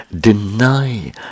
deny